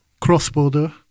cross-border